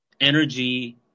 energy